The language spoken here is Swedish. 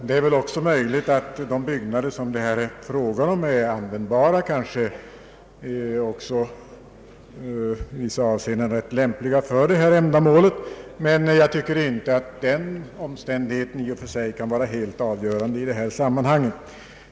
Det är möjligt att de byggnader som det här är fråga om är användbara och också i vissa avseenden lämpliga för detta ändamål, men jag tycker inte att den omständigheten i och för sig kan vara helt avgörande i detta sammanhang.